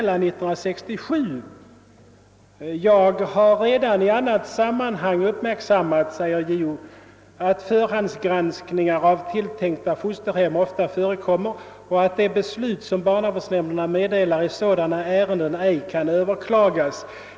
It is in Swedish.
JO uttalar bl.a. följande: »Jag har redan i annat sammanhang uppmärksammat, att förhandsgranskningar av tilltänkta fosterhem ofta förekommer och att de beslut som barnavårdsnämnderna meddelar i sådana ärenden ej kan överklagas.